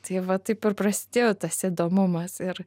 tai va taip ir prasidėjo tas įdomumas ir